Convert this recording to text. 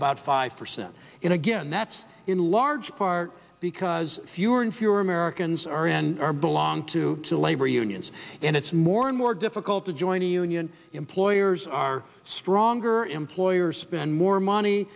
about five percent and again that's in large part because fewer and fewer americans are and are belong to the labor unions and it's more and more difficult to join a union employers are stronger employers spend more money